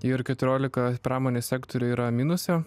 ir keturiolika pramonės sektorių yra minuse